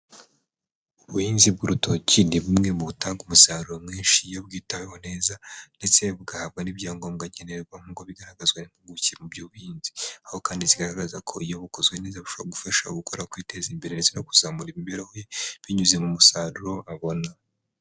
Ubuhinzi bw'urutoki ni bumwe butanga umusaruro mwinshi iyo bwitaweho neza, ndetse bugahabwa n'ibyangombwa nkenerwa nk'uko bigaragazwa n'impuguke mu by'ubuhinzi. Aho kandi zigaragaza ko iyo bukozwe neza bushobora gufasha ubukora kwiteza imbere, ndetse no kuzamura imibereho ye, binyuze mu musaruro abona.